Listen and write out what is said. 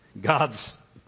God's